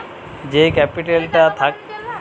যেই ক্যাপিটালটা থাকে লোকের মধ্যে সাবের করা